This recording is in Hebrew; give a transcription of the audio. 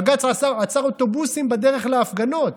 בג"ץ עצר אוטובוסים בדרך להפגנות,